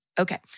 Okay